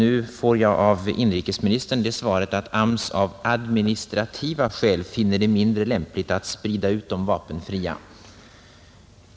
Nu får jag av inrikesministern det svaret att AMS av ”administrativa skäl” finner det mindre lämpligt att sprida ut de vapenfria.